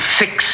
six